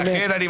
הכלכלנים,